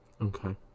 Okay